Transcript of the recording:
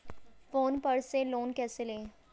Phone पर से loan कैसे लें?